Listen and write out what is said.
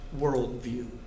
worldview